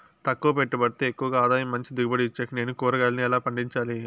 తక్కువ పెట్టుబడితో ఎక్కువగా ఆదాయం మంచి దిగుబడి ఇచ్చేకి నేను కూరగాయలను ఎలా పండించాలి?